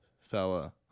fella